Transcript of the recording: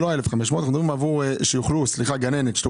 לא ה-1,500 שקלים אלא שגננת,